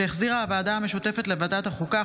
שהחזירה הוועדה המשותפת לוועדת החוקה,